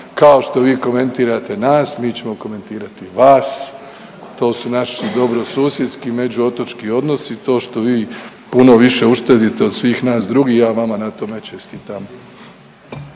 Kao što vi komentirate nas, mi ćemo komentirati vas. To su naši dobrosusjedski među otočki odnosi. To što vi puno više uštedite od svih nas drugih ja vama na tome čestitam.